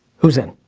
who's in?